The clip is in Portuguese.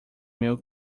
meu